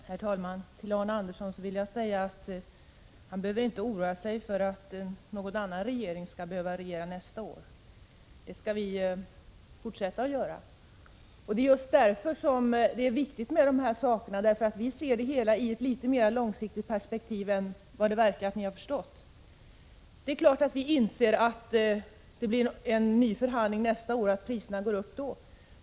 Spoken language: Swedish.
Herr talman! Arne Andersson i Ljung behöver inte oroa sig för att någon annan regering skall regera nästa år. Det skall vi fortsätta att göra. Det är just därför de här frågorna är viktiga. Vi ser nämligen det hela i ett något mer långsiktigt perspektiv än ni verkar ha insett. Naturligtvis är vi medvetna om att det blir en ny förhandling nästa år och att priserna då går upp.